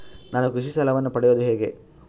ನಾನು ಕೃಷಿ ಸಾಲವನ್ನು ಪಡೆಯೋದು ಹೇಗೆ?